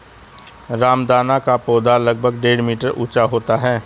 रामदाना का पौधा लगभग डेढ़ मीटर ऊंचा होता है